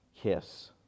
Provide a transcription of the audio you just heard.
kiss